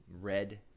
red